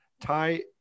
tie